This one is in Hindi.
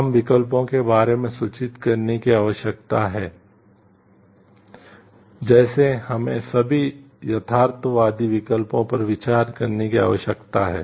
हमें विकल्पों के बारे में सूचित करने की आवश्यकता है जैसे हमें सभी यथार्थवादी विकल्पों पर विचार करने की आवश्यकता है